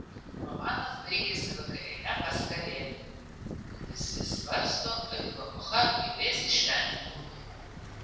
romanas baigiasi vakariene pas karė kur visi svarsto ar jų epocha gebės išvengti puvimo